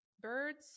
birds